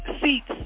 seats